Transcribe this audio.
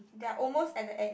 they're almost at the end